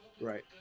Right